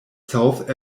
south